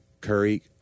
Curry